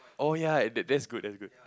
oh ya that's good that's good